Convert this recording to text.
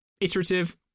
iterative